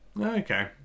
okay